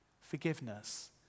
Forgiveness